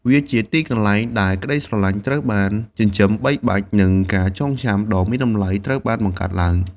វាជាទីកន្លែងដែលក្ដីស្រឡាញ់ត្រូវបានចិញ្ចឹមបីបាច់ ហើយការចងចាំដ៏មានតម្លៃត្រូវបានបង្កើតឡើង។